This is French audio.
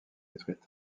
détruites